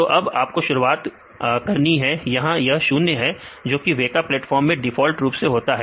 तो अब आपको शुरुआत करनी है यहां यह 0 है जो कि वेका प्लेटफार्म मैं डिफॉल्ट रूप से होता है